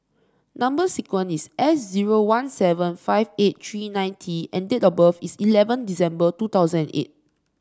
number sequence is S zero one seven five eight three nine T and date of birth is eleven December two thousand eight